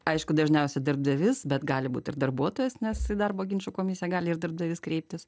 aišku dažniausiai darbdavys bet gali būt ir darbuotojas nes į darbo ginčų komisiją gali ir darbdavys kreiptis